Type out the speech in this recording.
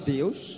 Deus